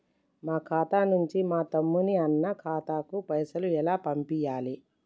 మా ఖాతా నుంచి మా తమ్ముని, అన్న ఖాతాకు పైసలను ఎలా పంపియ్యాలి?